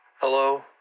Hello